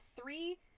three